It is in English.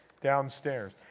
downstairs